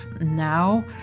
now